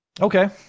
Okay